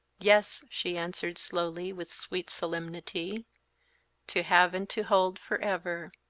yes, she answered, slowly, with sweet solemnity to have and to hold, forever!